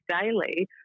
daily